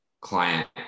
client